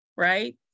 right